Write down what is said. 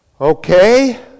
okay